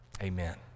Amen